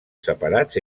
separats